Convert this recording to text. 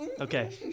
okay